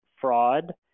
fraud